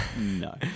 No